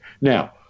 Now